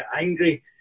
angry